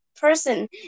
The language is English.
person